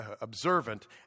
observant